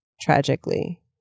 tragically